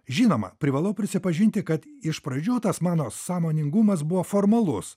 žinoma privalau prisipažinti kad iš pradžių tas mano sąmoningumas buvo formalus